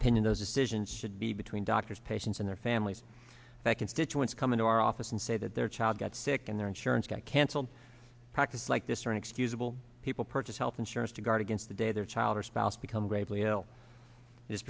opinion those decisions should be between doctors patients and their families that constituents come into our office and say that their child got sick and their insurance got canceled practice like this are inexcusable people purchase health insurance to guard against the day their child or spouse become gravely ill is